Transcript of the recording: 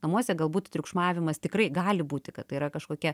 namuose galbūt triukšmavimas tikrai gali būti kad tai yra kažkokia